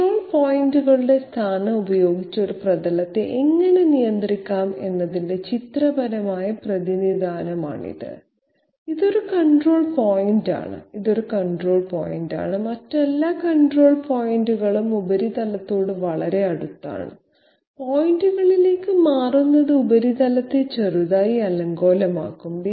control പോയിന്റുകളുടെ സ്ഥാനം ഉപയോഗിച്ച് ഒരു പ്രതലത്തെ എങ്ങനെ നിയന്ത്രിക്കാം എന്നതിന്റെ ചിത്രപരമായ പ്രതിനിധാനമാണിത് ഇത് ഒരു കൺട്രോൾ പോയിന്റാണ് ഇത് ഒരു കൺട്രോൾ പോയിന്റാണ് മറ്റെല്ലാ കൺട്രോൾ പോയിന്റുകളും ഉപരിതലത്തോട് വളരെ അടുത്താണ് പോയിൻറുകളിലേക്ക് മാറുന്നത് ഉപരിതലത്തെ ചെറുതായി അലങ്കോലമാക്കും